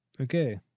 Okay